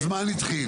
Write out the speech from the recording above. הזמן התחיל.